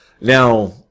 Now